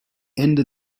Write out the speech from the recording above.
ende